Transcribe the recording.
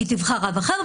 היא תבחר רב אחר,